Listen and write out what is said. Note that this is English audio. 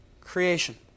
creation